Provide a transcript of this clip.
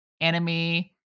enemy